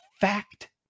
fact